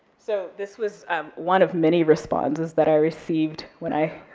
so this was one of many responses that i received when i,